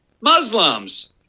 muslims